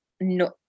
no